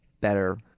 better